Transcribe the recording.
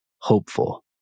Hopeful